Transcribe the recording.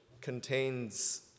contains